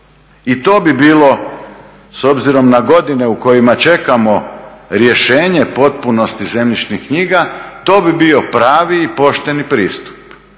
I to bi bilo s obzirom na godine u kojima čekamo rješenje potpunosti zemljišnih knjiga, to bi bio pravi i pošteni pristup.